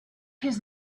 his